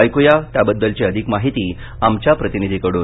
ऐकूया त्याबद्दलची अधिक माहिती आमच्या प्रतिनिधींकडून